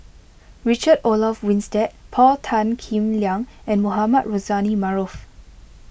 Richard Olaf Winstedt Paul Tan Kim Liang and Mohamed Rozani Maarof